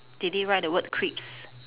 did they write the word crisps